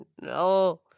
no